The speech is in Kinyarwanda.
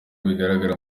bigaragara